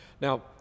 Now